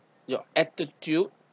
your attitude